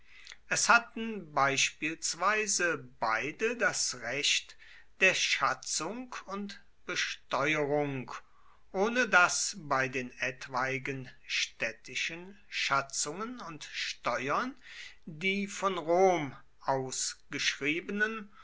es hatten beispielsweise beide das recht der schatzung und besteuerung ohne daß bei den etwaigen städtischen schatzungen und steuern die von rom ausgeschriebenen